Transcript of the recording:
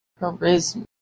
Charisma